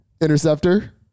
Interceptor